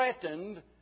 threatened